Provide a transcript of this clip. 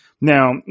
Now